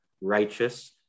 righteous